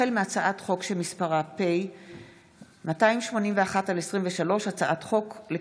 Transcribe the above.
החל בהצעת חוק שמספרה פ/281/23 וכלה בהצעת חוק שמספרה